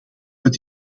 het